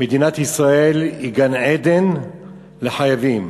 מדינת ישראל היא גן-עדן לחייבים.